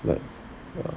like ya